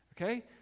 Okay